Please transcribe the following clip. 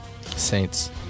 Saints